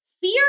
fear